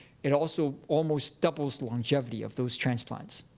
it also almost doubles the longevity of those transplants.